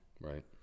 Right